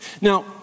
Now